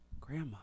Grandma